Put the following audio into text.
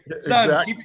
son